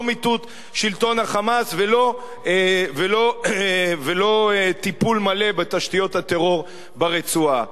לא מיטוט שלטון ה"חמאס" ולא טיפול מלא בתשתיות הטרור ברצועה.